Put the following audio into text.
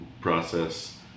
process